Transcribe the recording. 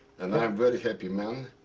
and i'm very happy man.